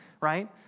right